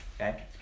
Okay